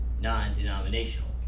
non-denominational